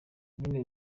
nyine